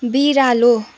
बिरालो